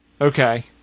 Okay